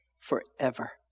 forever